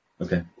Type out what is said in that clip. Okay